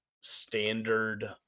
standard